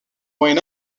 moyen